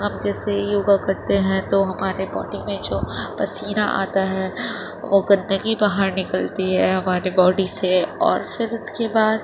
ہم جیسے یوگا کرتے ہیں تو ہمارے باڈی میں جو پسینہ آتا ہے وہ گندگی باہر نکلتی ہے ہمارے باڈی سے اور پھر اِس كے بعد